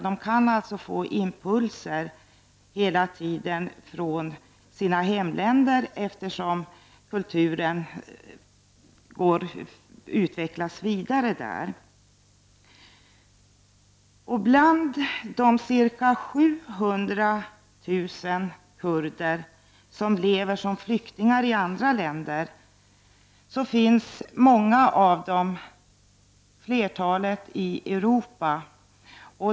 De flyktingarna kan få impulser från sina hemländer allteftersom kulturen utvecklas vidare där. Bland de ca 700 000 kurder som lever som flyktingar i andra länder finns många i Europa.